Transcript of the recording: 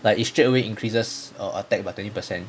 like it straight away increases err attack about twenty percent